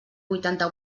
vuitanta